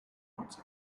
once